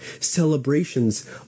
celebrations